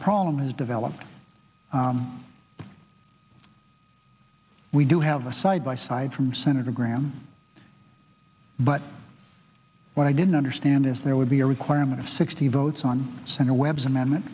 a problem has developed we do have a side by side from senator graham but when i didn't understand is there would be a requirement of sixty votes on center webb's amendment